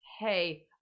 hey